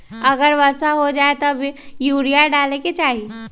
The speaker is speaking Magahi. अगर वर्षा हो जाए तब यूरिया डाले के चाहि?